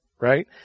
right